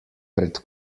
pred